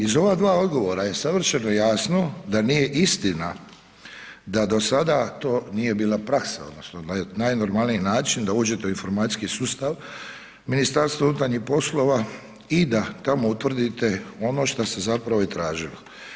Iz ova dva odgovora je savršeno jasno da nije istina da do sada to nije bila praksa odnosno najnormalniji način da uđete u informacijski sustav MUP-a i da tamo utvrdite ono šta ste zapravo i tražili.